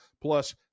plus